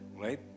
right